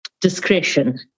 discretion